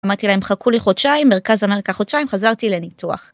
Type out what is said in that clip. אמרתי להם , חכו לי חודשיים, מרכז אמריקה חודשיים, חזרתי לניתוח.